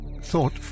thought